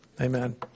Amen